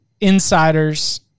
insiders